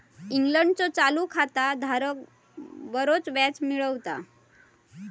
इंग्लंडचो चालू खाता धारक बरोच व्याज मिळवता